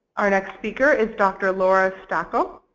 our next speaker is dr. laura stachel,